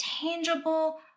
tangible